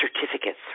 certificates